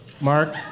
Mark